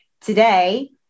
Today